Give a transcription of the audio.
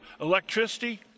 electricity